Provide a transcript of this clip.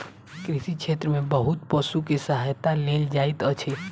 कृषि क्षेत्र में बहुत पशु के सहायता लेल जाइत अछि